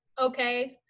okay